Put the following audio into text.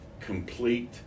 complete